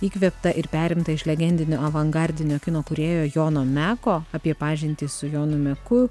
įkvėptą ir perimtą iš legendinio avangardinio kino kūrėjo jono meko apie pažintį su jonu meku